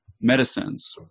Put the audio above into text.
medicines